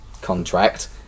contract